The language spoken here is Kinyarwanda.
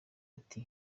ati